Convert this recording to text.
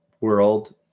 world